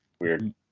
weird